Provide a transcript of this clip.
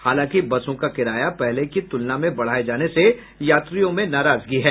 हालांकि बसों का किराया पहले की तुलना में बढ़ाये जाने से यात्रियों में नाराजगी है